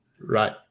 Right